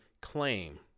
claim